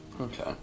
Okay